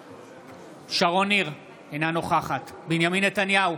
בעד שרון ניר, אינה נוכחת בנימין נתניהו,